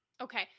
Okay